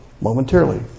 momentarily